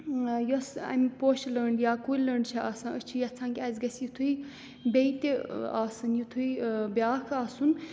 یۄس اَمہِ پوشہٕ لٔنٛڈ یا کُلۍ لٔنٛڈ چھِ آسان أسۍ چھِ یَژھان کہِ اَسہِ گَژھِ یُتھُے بیٚیہِ تہِ آسٕنۍ یُتھُے بیٛاکھ آسُن